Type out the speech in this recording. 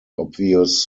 obvious